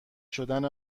شدن